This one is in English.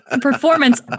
performance